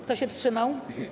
Kto się wstrzymał?